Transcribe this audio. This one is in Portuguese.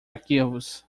arquivos